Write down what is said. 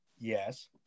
yes